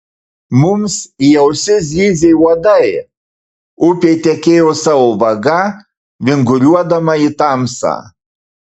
mums į ausis zyzė uodai upė tekėjo savo vaga vinguriuodama į tamsą